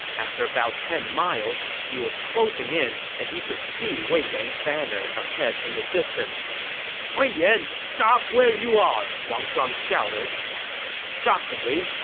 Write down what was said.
after about ten miles, he was closing in and he could see wei yan's banner ahead in the distance wei yan, stop where you are! wang shuang shouted shockingly,